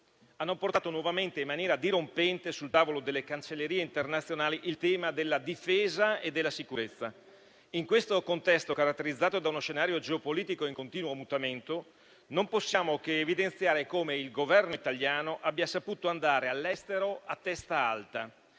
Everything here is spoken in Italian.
hanno portato nuovamente in maniera dirompente sul tavolo delle cancellerie internazionali il tema della difesa e della sicurezza. In questo contesto, caratterizzato da uno scenario geopolitico in continuo mutamento, non possiamo che evidenziare come il Governo italiano abbia saputo andare all'estero a testa alta,